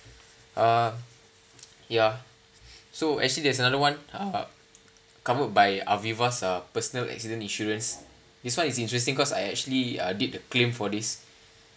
uh ya so actually there's another are covered by Aviva Axa personal accident insurance this one is interesting cause I actually uh did the claim for this